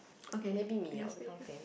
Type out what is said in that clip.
okay I just put it here